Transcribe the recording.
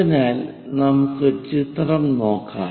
അതിനാൽ നമുക്ക് ചിത്രം നോക്കാം